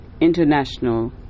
International